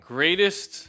Greatest